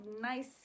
nice